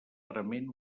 prement